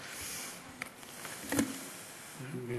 אדוני